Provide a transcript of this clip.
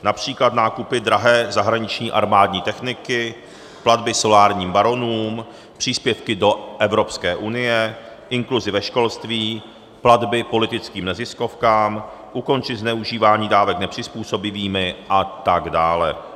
Například nákupy drahé zahraniční armádní techniky, platby solárním baronům, příspěvky do Evropské unie, inkluzi ve školství, platby politickým neziskovkám, ukončit zneužívání dávek nepřizpůsobivými atd.